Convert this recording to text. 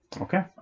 Okay